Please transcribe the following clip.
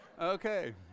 Okay